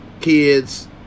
kids